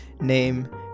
name